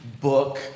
book